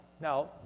Now